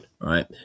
right